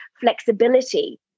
flexibility